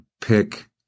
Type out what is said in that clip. pick